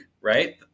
right